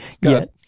got